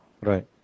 Right